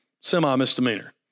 semi-misdemeanor